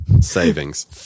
Savings